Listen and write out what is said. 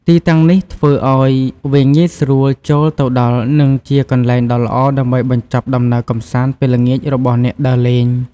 ទីតាំងនេះធ្វើឱ្យវាងាយស្រួលចូលទៅដល់ និងជាកន្លែងដ៏ល្អដើម្បីបញ្ចប់ដំណើរកម្សាន្តពេលល្ងាចរបស់អ្នកដើរលេង។